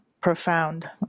profound